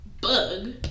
bug